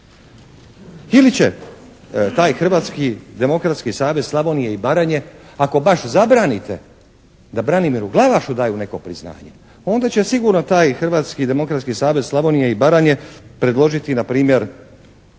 Ili će taj Hrvatski demokratski savez Slavonije i Baranje ako baš zabranite da Branimiru Glavašu daju neko priznanje onda će sigurno taj Hrvatski demokratski savez Slavonije i Baranje predložiti na primjer